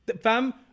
Fam